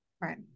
Right